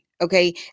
Okay